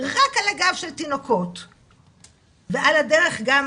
רק על הגב של תינוקות?